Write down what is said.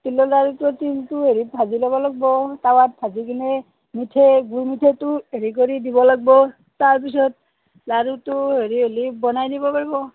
তিলৰ লাডুটো তিলটো হেৰিত ভাজি ল'ব লাগিব টাৱাত ভাজি কিনে মিঠে গুড় মিঠৈটো হেৰি কৰি দিব লাগব তাৰপিছত লাড়ুটো হেৰি হ'লে বনাই দিব পাৰিব